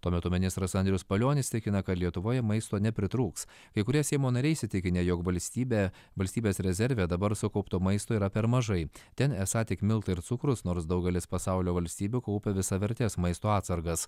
tuo metu ministras andrius palionis tikina kad lietuvoje maisto nepritrūks kai kurie seimo nariai įsitikinę jog valstybė valstybės rezerve dabar sukaupto maisto yra per mažai ten esą tik miltai ir cukrus nors daugelis pasaulio valstybių kaupia visavertes maisto atsargas